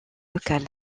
local